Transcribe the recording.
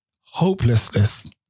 Hopelessness